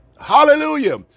hallelujah